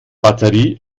batterie